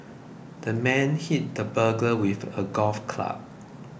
the man hit the burglar with a golf club